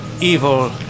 evil